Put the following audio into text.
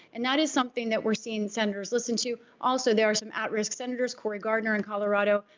and that is something that we're seeing senators listen to. also, there are some at-risk senators, cory gardner in colorado,